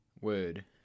Word